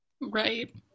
right